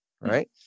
right